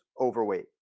overweight